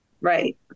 Right